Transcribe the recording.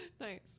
Nice